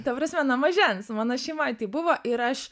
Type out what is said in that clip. ta prasme nuo mažens mano šeimoj tai buvo ir aš